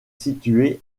situé